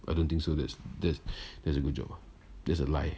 I don't think so that that's a good job uh that's a lie